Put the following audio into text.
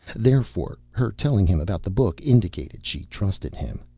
therefore, her telling him about the book indicated she trusted him.